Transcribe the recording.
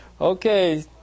Okay